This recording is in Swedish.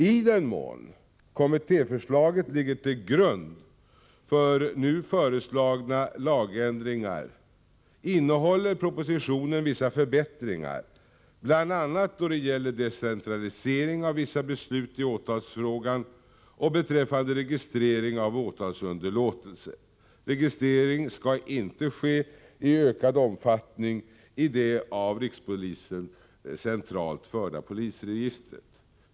I den mån kommittéförslaget ligger till grund för nu föreslagna lagändringar innehåller propositionen vissa förbättringar, bl.a. då det gäller decentralisering av vissa beslut i åtalsfrågan och beträffande registrering av åtalsunderlåtelse. Registrering skall inte ske i ökad omfattning i det av rikspolisstyrelsen centralt förda polisregistret.